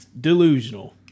Delusional